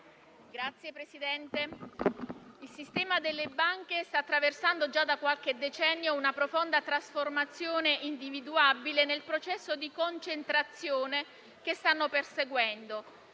Signor Presidente, il sistema delle banche sta attraversando già da qualche decennio una profonda trasformazione individuabile nel processo di concentrazione che stanno perseguendo,